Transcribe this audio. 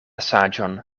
saĝon